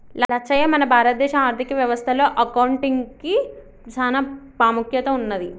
లచ్చయ్య మన భారత దేశ ఆర్థిక వ్యవస్థ లో అకౌంటిగ్కి సాన పాముఖ్యత ఉన్నది